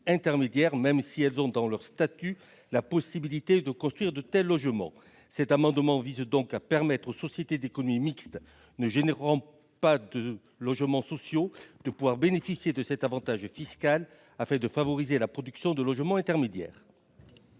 même si elles ont dans leurs statuts la possibilité de construire de tels logements. Cet amendement vise donc à permettre aux sociétés d'économie mixte ne gérant pas de logements sociaux de pouvoir bénéficier de cet avantage fiscal, afin de favoriser la production de logements intermédiaires.